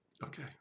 Okay